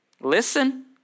listen